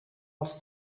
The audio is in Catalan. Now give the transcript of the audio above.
els